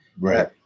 Right